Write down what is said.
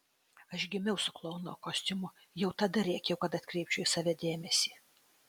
aš gimiau su klouno kostiumu jau tada rėkiau kad atkreipčiau į save dėmesį